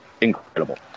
incredible